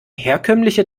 herkömmliche